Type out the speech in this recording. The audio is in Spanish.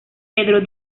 pedro